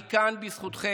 אני כאן בזכותכם.